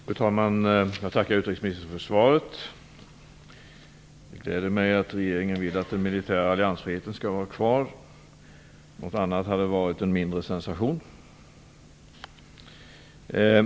Fru talman! Jag tackar utrikesministern för svaret. Det gläder mig att regeringen vill att den militära alliansfriheten skall vara kvar. Någonting annat hade varit en mindre sensation.